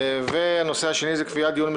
התש"ף-2019.